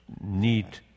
need